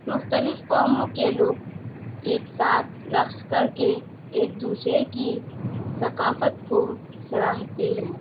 مختلف قوموں کے لوگ ایک ساتھ رقص کر کے ایک دوسرے کی ثقافت کو سراہتے ہیں